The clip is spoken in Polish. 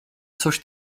coś